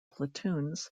platoons